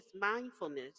mindfulness